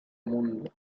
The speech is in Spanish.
mundo